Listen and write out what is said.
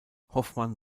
hoffmann